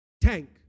Tank